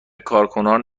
کارکنان